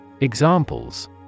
Examples